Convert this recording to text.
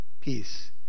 Peace